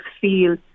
feel